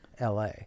LA